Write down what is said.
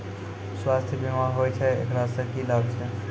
स्वास्थ्य बीमा की होय छै, एकरा से की लाभ छै?